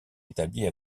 établie